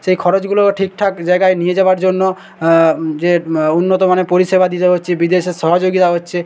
সেই খরচগুলো ঠিকঠাক জায়গায় নিয়ে যাওয়ার জন্য যে উন্নতমানের পরিষেবা দিতে হচ্ছে বিদেশের সহযোগিতা হচ্ছে